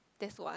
this one